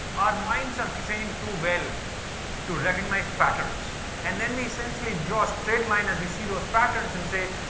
our minds are trained to well to recognise patterns. and then we essentially draw straight line as we see those patterns and say,